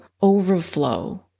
overflow